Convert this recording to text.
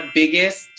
biggest